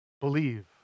believe